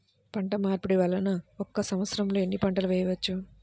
పంటమార్పిడి వలన ఒక్క సంవత్సరంలో ఎన్ని పంటలు వేయవచ్చు?